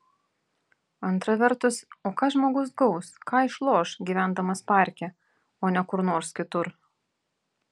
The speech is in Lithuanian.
antra vertus o ką žmogus gaus ką išloš gyvendamas parke o ne kur nors kitur